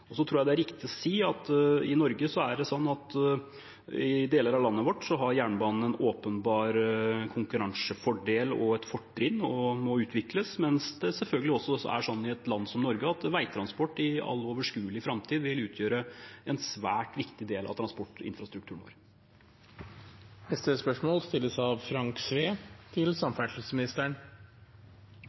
tror det er riktig å si at i deler av landet vårt har jernbanen en åpenbar konkurransefordel og et fortrinn og må utvikles, mens det selvfølgelig også er slik i et land som Norge at veitransport i all overskuelig framtid vil utgjøre en svært viktig del av transportinfrastrukturen vår. «Samferdselsutvalet i Møre og Romsdal behandla høyring om traséval for ny E39 del Digernes til